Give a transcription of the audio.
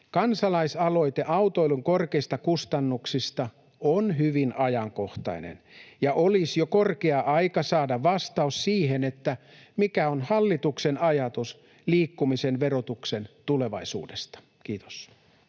Kansalaisaloite autoilun korkeista kustannuksista on hyvin ajankohtainen, ja olisi jo korkea aika saada vastaus siihen, mikä on hallituksen ajatus liikkumisen verotuksen tulevaisuudesta. — Kiitos.